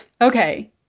okay